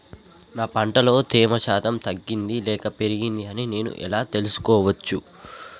నా పంట లో తేమ శాతం తగ్గింది లేక పెరిగింది అని నేను ఎలా తెలుసుకోవచ్చు?